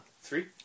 Three